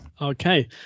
Okay